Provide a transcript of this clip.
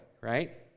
right